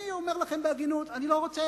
אני אומר לכם בהגינות: אני לא רוצה,